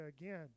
again